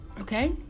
okay